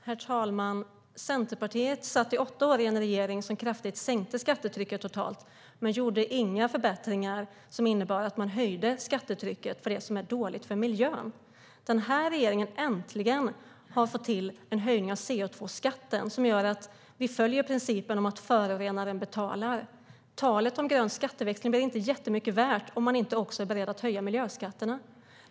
Herr talman! Centerpartiet satt i åtta år i en regering som kraftigt sänkte skattetrycket totalt men inte gjorde några förbättringar som innebar att man höjde skattetrycket på det som är dåligt för miljön. Den här regeringen har äntligen fått till en höjning av koldioxidskatten som gör att vi följer principen om att förorenaren betalar. Talet om grön skatteväxling blir inte jättemycket värt om man inte också är beredd att höja miljöskatterna.